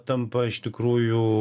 tampa iš tikrųjų